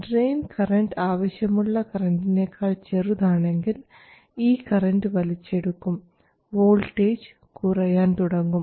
drain current ആവശ്യമുള്ള കറൻറിനേക്കാൾ ചെറുതാണെങ്കിൽ ഈ കറൻറ് വലിച്ചെടുക്കും വോൾട്ടേജ് കുറയാൻ തുടങ്ങും